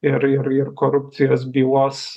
ir ir ir korupcijos bylos